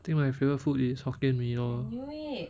I think my favourite food is hokkien mee lor